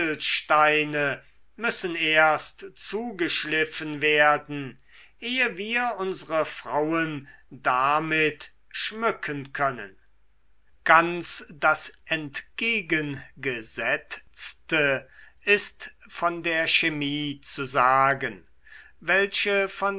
müssen erst zugeschliffen werden ehe wir unsere frauen damit schmücken können ganz das entgegengesetzte ist von der chemie zu sagen welche